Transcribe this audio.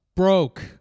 Broke